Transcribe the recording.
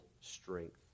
strength